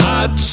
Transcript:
Hot